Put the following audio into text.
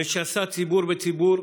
משסה ציבור בציבור.